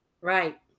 Right